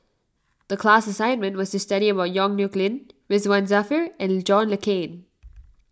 the class assignment was to study about Yong Nyuk Lin Ridzwan Dzafir and John Le Cain